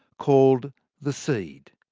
called the seed.